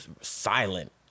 silent